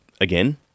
again